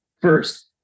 First